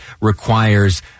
requires